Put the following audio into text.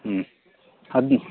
ಹ್ಞ್ ಹದ್ಮ್